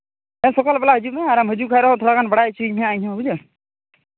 ᱦᱮᱸ ᱥᱚᱠᱟᱞ ᱵᱮᱞᱟ ᱦᱤᱡᱩᱜ ᱢᱮ ᱟᱨᱮᱢ ᱦᱤᱡᱩᱜ ᱠᱷᱟᱱ ᱨᱮᱦᱚᱸ ᱛᱷᱚᱲᱟᱜᱟᱱ ᱵᱟᱲᱟᱭ ᱦᱚᱪᱚᱧ ᱢᱮᱦᱟᱸᱜ ᱤᱧᱦᱚᱸ ᱵᱩᱡᱷᱟᱹᱣ